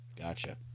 Gotcha